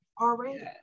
already